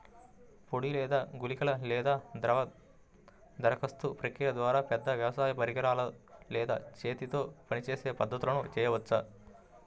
పొడి లేదా గుళికల లేదా ద్రవ దరఖాస్తు ప్రక్రియల ద్వారా, పెద్ద వ్యవసాయ పరికరాలు లేదా చేతితో పనిచేసే పద్ధతులను చేయవచ్చా?